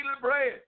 bread